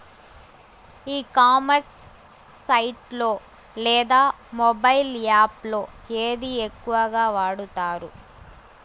ఈ commerce site లో లేదా మొబైల్ యాప్ లో ఏది ఎక్కువగా వాడుతారు?